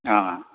ꯑꯥ